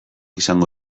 izango